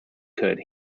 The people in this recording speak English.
could